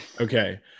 okay